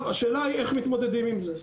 השאלה היא איך מתמודדים עם זה.